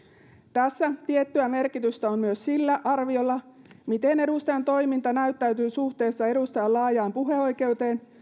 tässä tiettyä merkitystä on myös sillä arviolla miten edustajan toiminta näyttäytyy suhteessa edustajan laajaan puheoikeuteen